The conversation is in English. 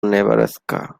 nebraska